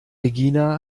regina